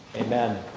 Amen